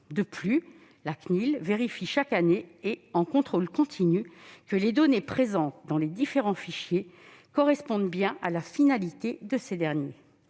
De plus, la CNIL vérifie chaque année, en contrôle continu, que les données figurant dans les différents fichiers correspondent bien à la finalité de ces derniers.